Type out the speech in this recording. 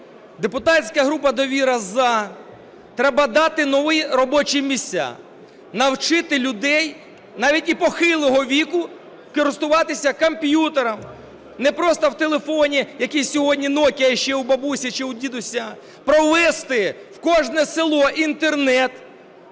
Депутатська група "Довіра" – за. Треба дати нові робочі місця, навчити людей, навіть і похилого віку, користуватися комп'ютером, не просто в телефоні, який сьогодні "нокіа" ще у бабусі чи у дідуся, провести в кожне село інтернет.